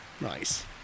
Nice